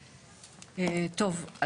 טוב,